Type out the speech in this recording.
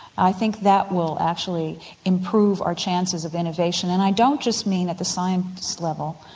i think that will actually improve our chances of innovation and i don't just mean at the science level,